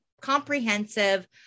comprehensive